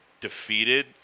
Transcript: defeated